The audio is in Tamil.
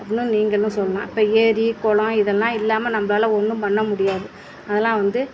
அப்படினு நீங்களும் சொல்லலாம் இப்போ ஏரி குளம் இதெல்லாம் இல்லாமல் நம்மளால ஒன்றும் பண்ண முடியாது அதெல்லாம் வந்து